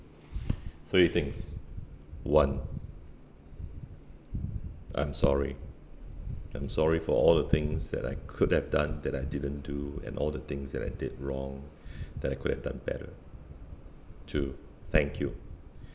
three things one I'm sorry I'm sorry for all the things that I could have done that I didn't do and all the things that I did wrong that I could have done better two thank you